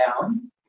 down